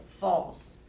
false